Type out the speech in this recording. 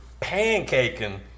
pancaking